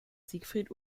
siegfried